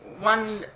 One